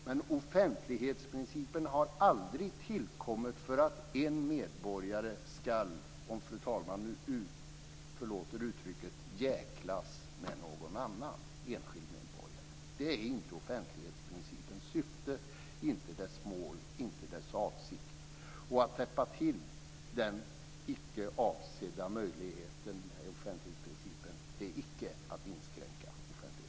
Men offentlighetsprincipen har aldrig tillkommit för att en medborgare ska, om fru talman förlåter uttrycket, jäklas med någon annan enskild medborgare. Det är inte offentlighetsprincipens syfte, inte dess mål och inte dess avsikt. Och att täppa till denna icke avsedda möjlighet med offentlighetsprincipen är icke att inskränka offentlighetsprincipen.